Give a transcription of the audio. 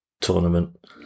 tournament